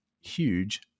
huge